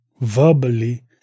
verbally